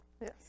Yes